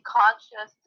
conscious